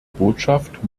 botschaft